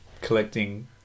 collecting